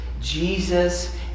Jesus